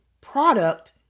product